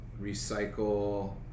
recycle